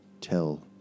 tell